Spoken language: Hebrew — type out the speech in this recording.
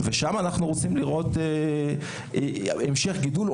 ושם אנחנו רוצים לראות המשך גידול,